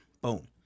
Boom